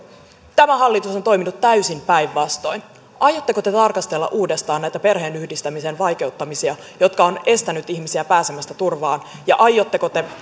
tämä hallitus on toiminut täysin päinvastoin aiotteko te tarkastella uudestaan näitä perheenyhdistämisen vaikeuttamisia jotka ovat estäneet ihmisiä pääsemästä turvaan ja aiotteko te